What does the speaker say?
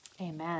Amen